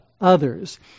others